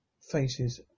faces